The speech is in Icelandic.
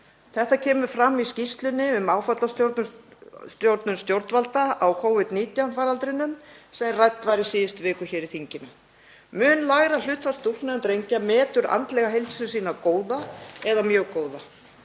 Þetta kemur fram í skýrslu um áfallastjórnun stjórnvalda í Covid-19 faraldrinum sem rædd var í síðustu viku hér í þinginu. Mun lægra hlutfall stúlkna en drengja metur andlega heilsu sína góða eða mjög góða.